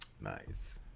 Nice